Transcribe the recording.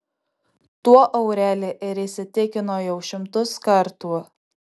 tuo aureli ir įsitikino jau šimtus kartų